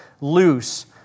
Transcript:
loose